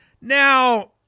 Now